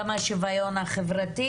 גם השוויון החברתי